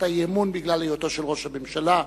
האי-אמון בגלל אי-היותו של ראש הממשלה,